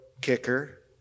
kicker